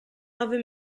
nove